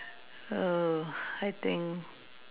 oh I think